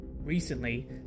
Recently